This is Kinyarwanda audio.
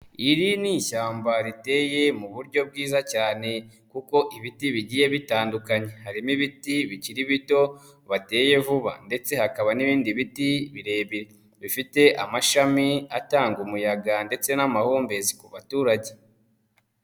Iri ni ishyamba riteye mu buryo bwiza cyane kuko ibiti bigiye bitandukanye, harimo ibiti bikiri bito bateye vuba ndetse hakaba n'ibindi biti birebire bifite amashami atanga umuyaga ndetse n'amahumbezi ku baturage.